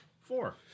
Four